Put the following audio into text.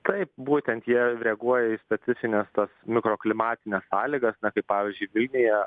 taip būtent jie reaguoja į specifines tas mikroklimatines sąlygas na kaip pavyzdžiui vilniuje